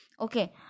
Okay